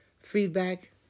feedback